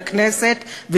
אל הכנסת,